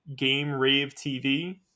GameRaveTV